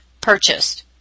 purchased